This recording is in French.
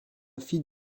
fille